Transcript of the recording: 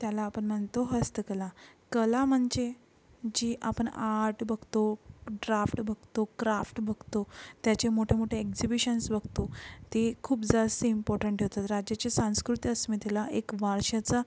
त्याला आपण म्हणतो हस्तकला कला म्हणजे जी आपण आट बघतो ड्राफ्ट बघतो क्राफ्ट बघतो त्याचे मोठे मोठे एक्झिबिशन्स बघतो ते खूप जास्ती इम्पोर्टंट होतं राज्याची सांस्कृती अस्मितेला एक वारशाचा